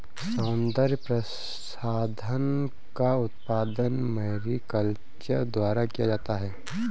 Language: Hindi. सौन्दर्य प्रसाधन का उत्पादन मैरीकल्चर द्वारा किया जाता है